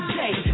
day